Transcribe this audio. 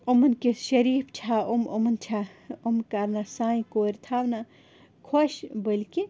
یِمَن کِژھ شریٖف چھا یِم یِمَن چھا یِم کَرٕنہ سانہِ کورِ تھونہ خۄش بلکہِ